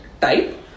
type